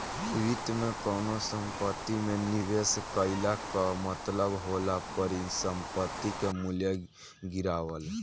वित्त में कवनो संपत्ति में निवेश कईला कअ मतलब होला परिसंपत्ति के मूल्य गिरावल